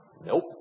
Nope